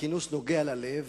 כינוס נוגע ללב,